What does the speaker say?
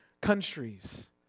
countries